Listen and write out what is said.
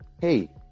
hey